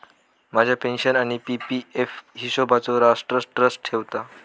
माझ्या पेन्शन आणि P P F हिशोबचो राष्ट्र ट्रस्ट ठेवता